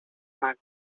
mac